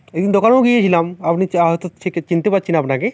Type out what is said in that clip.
একদিন দোকানেও গিয়েছিলাম আপনি চা হয়তো থেকে চিনতে পারছি না আপনাকে